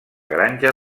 granja